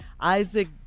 Isaac